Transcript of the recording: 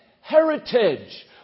heritage